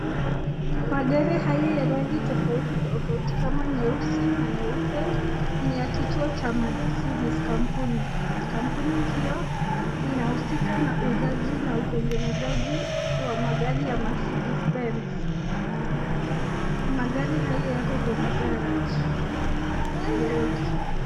Magari haya ya rangi tofauti tofauti kama nyeusi na nyeupe ni ya kituo cha Mercedes Kampuni, kampuni hiyo inahusika na uuzaji na utengenezaji wa magari ya Mercedes Benz . Magari hayo yako kwenye gereji.